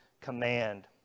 command